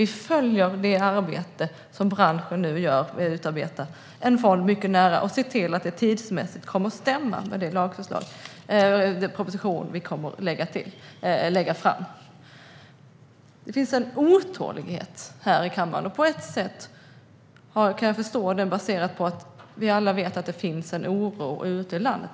Vi följer det arbete som branschen nu gör med att utarbeta en fond mycket nära och ser till att det tidsmässigt kommer att stämma med den proposition vi kommer att lägga fram. Det finns en otålighet här i kammaren. På ett sätt kan jag förstå den, baserat på att vi alla vet att det finns en oro ute i landet.